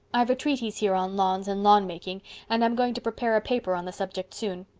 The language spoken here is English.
i've a treatise here on lawns and lawnmaking and i'm going to prepare a paper on the subject soon.